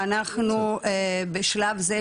אנחנו בשלב זה,